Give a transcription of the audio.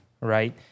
right